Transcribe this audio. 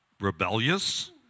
rebellious